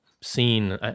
seen